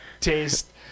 taste